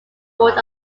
board